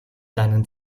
deinen